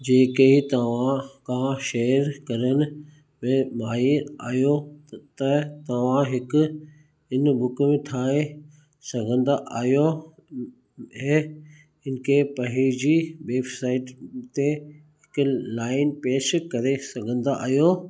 जेके तव्हां का शेयर करण में माहिरु आहियो त तव्हां हिकु इन बुक ठाहे सघंदा आहियो ऐं इन खे पंहिंजी वेबसाइट ते हिकु लाइन पेश करे सघंदा आहियो